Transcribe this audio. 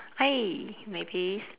hi Mayvis